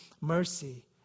mercy